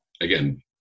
again